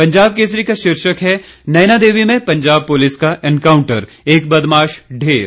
पंजाब केसरी का शीर्षक है नयनादेवी में पंजाब पुलिस का एनकांऊटर एक बदमाश ढेर